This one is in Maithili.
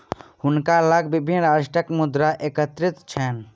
हुनका लग विभिन्न राष्ट्रक मुद्रा एकत्रित छैन